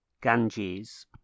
Ganges